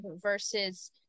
versus